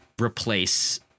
replace